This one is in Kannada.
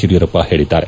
ಯಡಿಯೂರಪ್ಪ ಹೇಳಿದ್ದಾರೆ